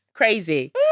Crazy